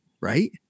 right